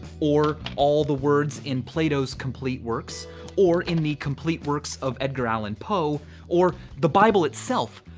or all the words in plato's complete works or in the complete works of edgar allan poe or the bible itself,